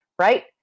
right